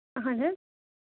اہن حظ